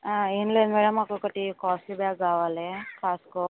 ఏమి లేదు మ్యాడమ్ మాకు ఒకటి కాస్ట్లీ బ్యాగ్ కావాలి కాస్కో